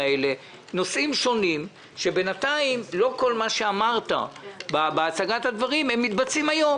נושאים שונים שבינתיים לא כל מה שאמרת בהצגה הדברים מתבצעים היום,